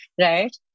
right